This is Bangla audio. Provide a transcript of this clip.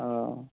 ও